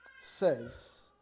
says